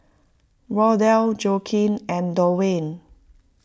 Wardell Joaquin and Dwayne